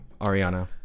Ariana